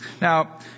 Now